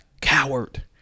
coward